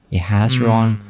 it has run,